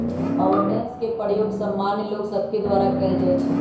avoidance के प्रयोग सामान्य लोग सभके द्वारा कयल जाइ छइ